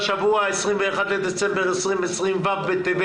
צריך לשמוע את האוצר שייתן הערכת עלות לנוסח שאני מקריאה.